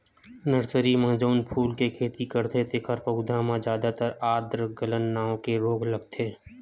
nursery म जउन फूल के खेती करथे तेखर पउधा म जादातर आद्र गलन नांव के रोग लगथे